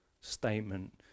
statement